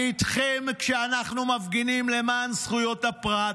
אני איתכם כשאנחנו מפגינים למען זכויות הפרט,